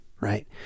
Right